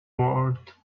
word